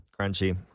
crunchy